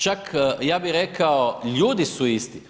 Čak, ja bih rekao, ljudi su isti.